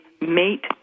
mate